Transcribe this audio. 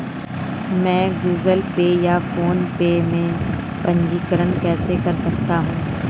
मैं Google Pay या PhonePe में पंजीकरण कैसे कर सकता हूँ?